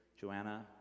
Joanna